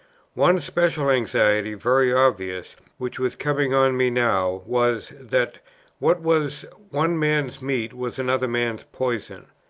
one special anxiety, very obvious, which was coming on me now, was, that what was one man's meat was another man's poison.